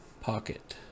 pocket